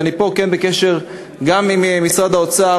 ואני פה כן בקשר גם עם משרד האוצר,